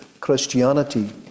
Christianity